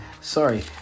sorry